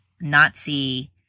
Nazi